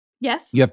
Yes